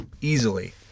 easily